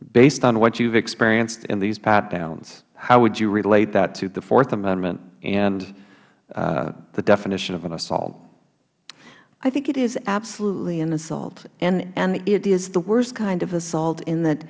based on what you have experienced in these pat downs how would you relate that to the fourth amendment and the definition of an assault ms cissna i think it is absolutely an assault and it is the worst kind of assault in that